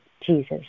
Jesus